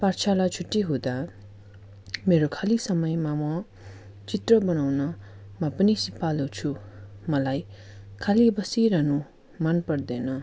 पाठशाला छुट्टी हुँदा मेरो खाली समयमा म चित्र बनाउनमा पनि सिपालु छु मलाई खालि बसिरहनु मनपर्दैन